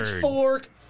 fork